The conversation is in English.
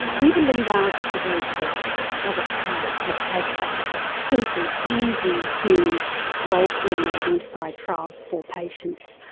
we believe ours is the very first of its kind that has such a simple, easy to scroll through and identify trials for patients.